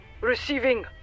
Receiving